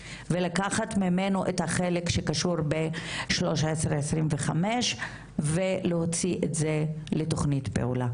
לקחת ממנו את החלק שקשור ב-1325 ולהוציא את זה לתוכנית פעולה.